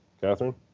catherine